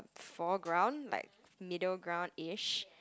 foreground like middle ground ish